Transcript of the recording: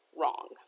wrong